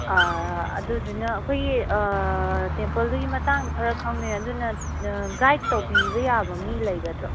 ꯑꯗꯨꯗꯨꯅ ꯑꯩꯈꯣꯏꯒꯤ ꯇꯦꯝꯄꯜꯗꯨꯒꯤ ꯃꯇꯥꯡꯗ ꯈꯔ ꯈꯪꯕ ꯑꯗꯨꯅ ꯒꯥꯏꯗ ꯇꯧꯕꯤꯕ ꯌꯥꯕ ꯃꯤ ꯂꯩꯒꯗ꯭ꯔꯣ